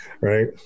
right